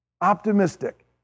Optimistic